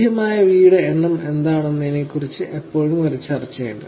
ലഭ്യമായ വി യുടെ എണ്ണം എന്താണെന്നതിനെക്കുറിച്ച് എപ്പോഴും ഒരു ചർച്ചയുണ്ട്